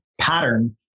pattern